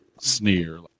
Sneer